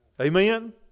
Amen